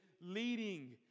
leading